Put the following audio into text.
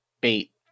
bait